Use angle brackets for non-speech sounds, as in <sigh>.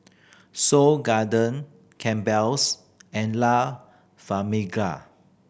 Seoul Garden Campbell's and La <unintelligible>